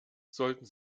sollten